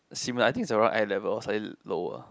similar I think it's around eye level or slightly lower